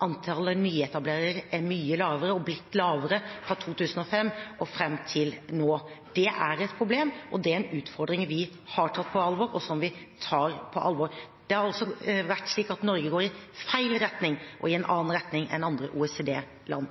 antallet nyetablerere, er mye lavere og har blitt lavere fra 2005 og fram til nå. Det er et problem, og det er en utfordring vi har tatt på alvor, og som vi tar på alvor. Det har altså vært slik at Norge går i feil retning og i en annen retning enn andre OECD-land.